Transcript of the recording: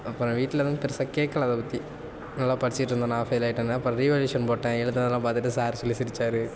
அப்புறம் வீட்டில எதுவும் பெருசாக கேட்கல அதை பற்றி நல்லா படிச்சிக்கிட்டு இருந்தேனால் ஃபெயில் ஆகிட்டேன் அதனால ரீவேல்யூவேஷன் போட்டேன் எழுதினதுலாம் பார்த்துட்டு சார் சொல்லி சிரிச்சார்